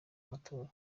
amatora